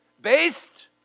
based